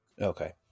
Okay